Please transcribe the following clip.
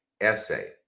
essay